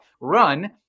run